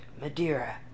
madeira